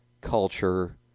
culture